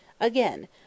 Again